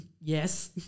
Yes